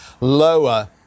lower